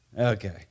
Okay